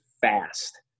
fast